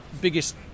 biggest